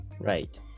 Right